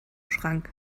schrank